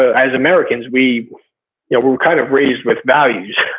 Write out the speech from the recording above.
as americans we yeah were were kind of raised with values.